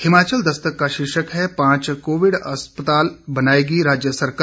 हिमाचल दस्तक के शीर्षक है पांच कोविड अस्पताल बनायेगी राज्य सरकार